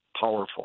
powerful